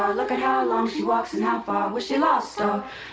um look at how long he walks and how far was she last so